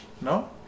No